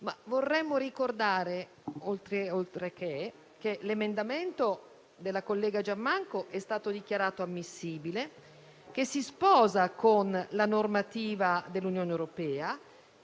anche ricordare che l'emendamento della collega Giammanco è stato dichiarato ammissibile e si sposa con la normativa dell'Unione europea.